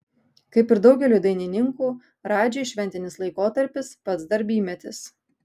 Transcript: kaip ir daugeliui dainininkų radžiui šventinis laikotarpis pats darbymetis